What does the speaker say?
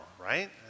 right